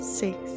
six